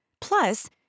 Plus